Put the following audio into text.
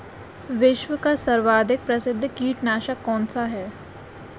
विश्व का सर्वाधिक प्रसिद्ध कीटनाशक कौन सा है?